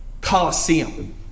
Coliseum